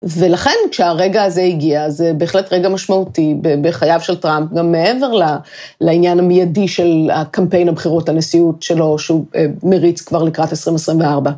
ולכן כשהרגע הזה הגיע, זה בהחלט רגע משמעותי בחייו של טראמפ, גם מעבר לעניין המיידי של הקמפיין הבחירות על נשיאות שלו, שהוא מריץ כבר לקראת 2024.